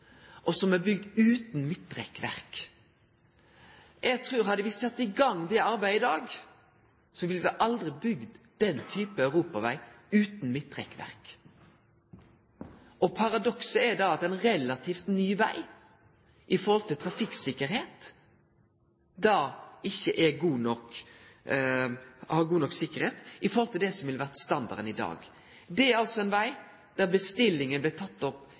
og som er bygd utan midtrekkverk. Eg trur at om me hadde sett i gang det arbeidet i dag, ville me aldri ha bygd den typen europaveg, utan midtrekkverk. Paradokset er at ein relativt ny veg ikkje er god nok når det gjeld trafikktryggleik, i forhold til det som ville vore standarden i dag. Det er altså ein veg der bestillinga blei teke opp